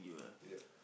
yup